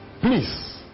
Please